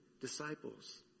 disciples